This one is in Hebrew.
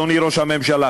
אדוני ראש הממשלה,